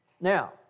Now